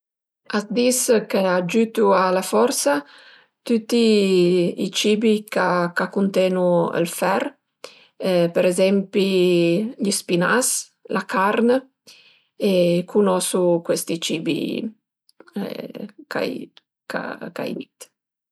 A s'dis ch'agiütu a la forsa tüti i cibi ch'a cunten-u ël fer për ezempi gl'spinas, la carn e cunoso cuesti cibi ch'ai dit ch'ai dit